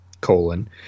colon